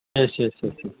yes yes yes